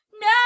No